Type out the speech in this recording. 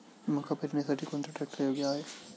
मका पेरणीसाठी कोणता ट्रॅक्टर योग्य आहे?